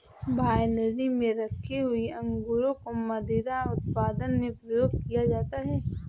winery में रखे हुए अंगूरों को मदिरा उत्पादन में प्रयोग किया जाता है